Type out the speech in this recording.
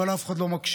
אבל אף אחד לא מקשיב.